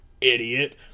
Idiot